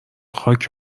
خاک